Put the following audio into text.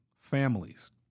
families